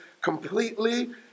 completely